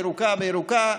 ירוקה לירוקה.